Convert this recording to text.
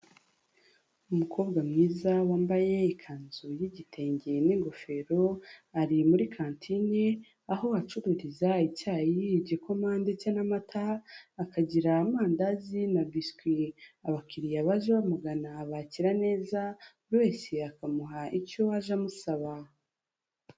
Umukobwa mwiza wambaye ikanzu y'igitenge n'ingofero, ari muri kantine aho bacururiza icyayi, igikoma ndetse n'amata, akagira amandazi na biswi, abakiriya baje bamugana, abakira neza buri wese akamuha icyo aje amusaba.